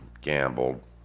gambled